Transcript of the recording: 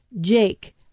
Jake